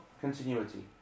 Continuity